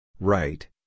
Right